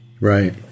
Right